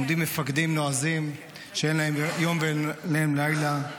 עומדים מפקדים נועזים שאין להם יום ואין להם לילה,